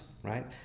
right